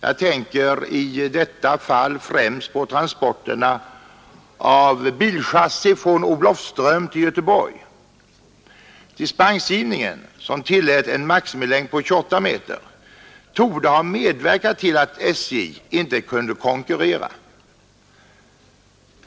Jag tänker i detta fall främst på transporterna av bilchassier från Olofström till Göteborg. Dispensgivningen, som tillät en maximilängd på 28 meter, torde ha medverkat till att SJ inte kunde konkurrera.